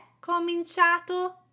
cominciato